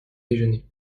déjeuner